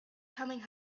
coming